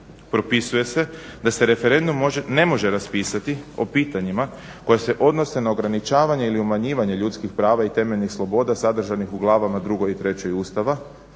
Propisuje se da se referendum ne može raspisati o pitanjima koja se odnose na ograničavanje ili umanjivanje ljudskih prava i temeljnih sloboda sadržanih u glavama 2 i 3 Ustava,